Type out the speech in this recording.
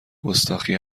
گستاخی